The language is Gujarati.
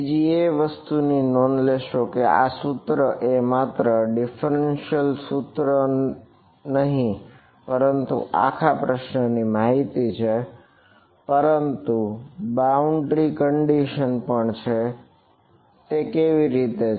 બીજી એ વસ્તુની નોંધ લેશો કે આ સૂત્ર એ માત્ર ડિફરન્શિયલ પણ છે તે કેવી રીતે છે